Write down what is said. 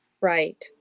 right